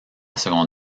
seconde